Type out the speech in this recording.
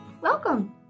Welcome